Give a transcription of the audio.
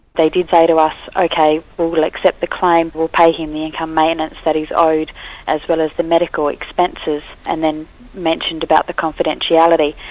they did say to us, okay well we'll accept the claim, we'll pay him the income maintenance that he's owed as well as the medical expenses, and then mentioned about the confidentiality.